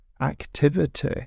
activity